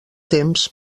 temps